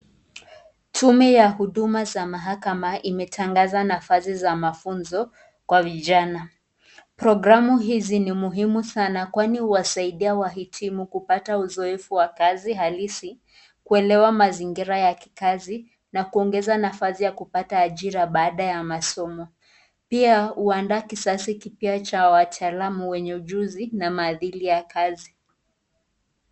Tume ya huduma za mahakama imetangaza nafasi za mafunzo kwa vijana. Programu hizi ni muhimu sana kwani huwasaidia wahitimu kupata uzoefu wa kazi halisi, kuelewa mazingira ya kikazi na kuongeza nafasi ya kupata ajira baada ya masomo. Pia huandaa kizazi kipya cha wataalamu wenye ujuzi na maadili ya kazi.